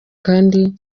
kandi